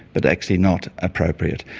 but actually not appropriate.